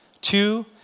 Two